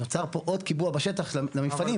נוצר פה עוד קיבוע בשטח למפעלים.